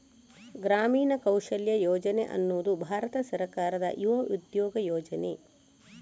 ಗ್ರಾಮೀಣ ಕೌಶಲ್ಯ ಯೋಜನೆ ಅನ್ನುದು ಭಾರತ ಸರ್ಕಾರದ ಯುವ ಉದ್ಯೋಗ ಯೋಜನೆ